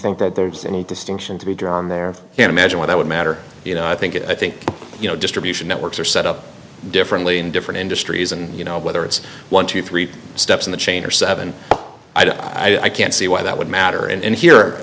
think that there's any distinction to be drawn there can't imagine what that would matter you know i think it i think you know distribution networks are set up differently in different industries and you know whether it's one hundred and twenty three steps in the chain or seven i can't see why that would matter and here